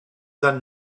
done